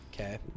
Okay